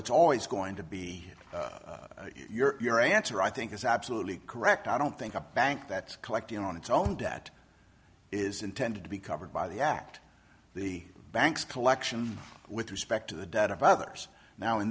it's always going to be your your answer i think is absolutely correct i don't think a bank that's collecting on its own debt is intended to be covered by the act the bank's collection with respect to the debt of others now in